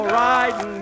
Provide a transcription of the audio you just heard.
riding